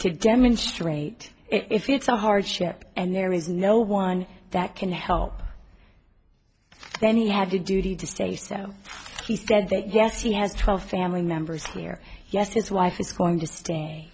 to demonstrate if it's a hardship and there is no one that can help then he had to duty to stay so he said that yes he has twelve family members here yes his wife is going to stay